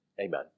Amen